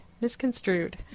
Misconstrued